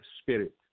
spirit